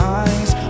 eyes